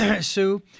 Sue